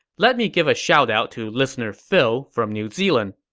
let me give a shout out to listener phil from new zealand.